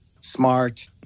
Smart